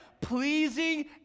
pleasing